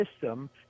system